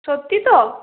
সত্যি তো